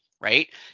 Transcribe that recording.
right